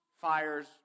Fires